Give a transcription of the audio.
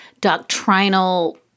doctrinal